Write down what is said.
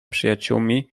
przyjaciółmi